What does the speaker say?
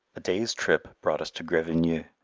a day's trip brought us to grevigneux,